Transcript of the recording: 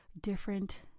different